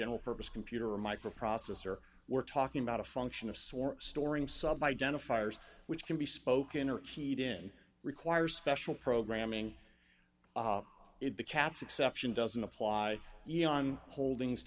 general purpose computer microprocessor we're talking about a function of swore storing sub identifiers which can be spoken or keyed in requires special programming if the cat's exception doesn't apply eon holdings